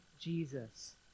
Jesus